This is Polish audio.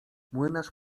młynarz